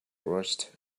rust